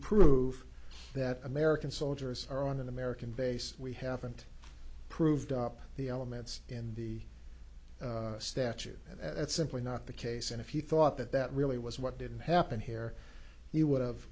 prove that american soldiers are on an american base we haven't proved up the elements in the statute and that's simply not the case and if you thought that that really was what didn't happen here you would have